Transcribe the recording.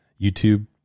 YouTube